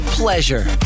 pleasure